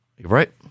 Right